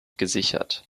gesichert